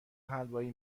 حلوایی